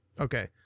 Okay